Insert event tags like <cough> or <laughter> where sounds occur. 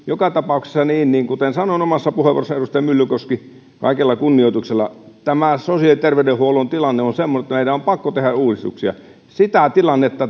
joka tapauksessa kuten sanoin omassa puheenvuorossani edustaja myllykoski kaikella kunnioituksella tämä sosiaali ja terveydenhuollon tilanne on semmoinen että meidän on pakko tehdä uudistuksia sitä tilannetta <unintelligible>